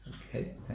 Okay